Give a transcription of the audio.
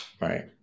Right